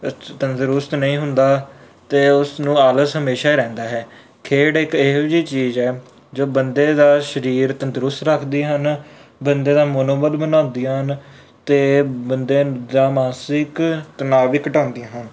ਤ ਤੰਦਰੁਸਤ ਨਹੀਂ ਹੁੰਦਾ ਅਤੇ ਉਸ ਨੂੰ ਆਲਸ ਹਮੇਸ਼ਾ ਹੀ ਰਹਿੰਦਾ ਹੈ ਖੇਡ ਇੱਕ ਇਹੋ ਜਿਹੀ ਚੀਜ਼ ਹੈ ਜੋ ਬੰਦੇ ਦਾ ਸਰੀਰ ਤੰਦਰੁਸਤ ਰੱਖਦੀ ਹਨ ਬੰਦੇ ਦਾ ਮਨੋਬਲ ਬਣਾਉਂਦੀਆਂ ਹਨ ਅਤੇ ਬੰਦੇ ਦਾ ਮਾਨਸਿਕ ਤਨਾਵ ਵੀ ਘਟਾਉਂਦੀਆਂ ਹਨ